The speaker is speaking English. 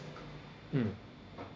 mm